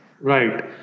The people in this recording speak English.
Right